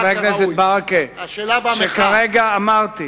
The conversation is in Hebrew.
חבר הכנסת ברכה, כרגע אמרתי